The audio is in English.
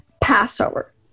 Passover